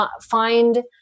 find